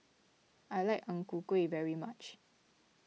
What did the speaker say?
I like Ang Ku Kueh very much